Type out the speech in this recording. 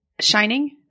Shining